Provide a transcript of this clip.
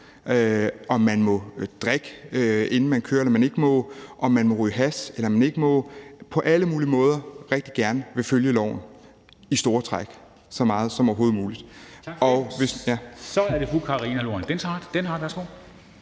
om man må drikke, inden man kører, eller om man ikke må, om man må ryge hash, eller om man ikke må, på alle mulige måder rigtig gerne vil følge loven, i store træk, så meget som overhovedet muligt. Kl. 15:57 Formanden (Henrik